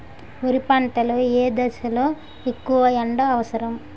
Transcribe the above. వరి పంట లో ఏ దశ లొ ఎక్కువ ఎండా అవసరం?